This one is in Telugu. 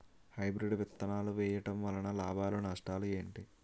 హైబ్రిడ్ విత్తనాలు వేయటం వలన లాభాలు నష్టాలు ఏంటి?